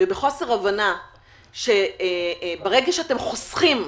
ובחוסר הבנה שברגע שאתם חוסכים,